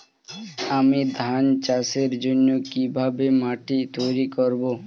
আমি ধান চাষের জন্য কি ভাবে মাটি তৈরী করব?